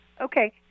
okay